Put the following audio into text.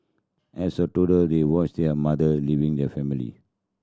as a toddler they watched their mother leaving the family